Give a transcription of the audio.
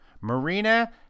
Marina